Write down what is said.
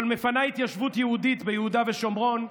אבל מפנה התיישבות יהודית ביהודה ושומרון,